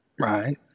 Right